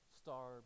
star